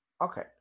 Okay